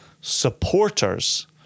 supporters